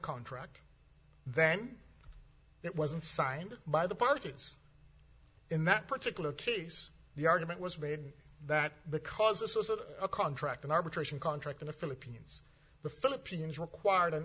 contract then it wasn't signed by the parties in that particular case the argument was made that because this was a contract an arbitration contract in the philippines the philippines required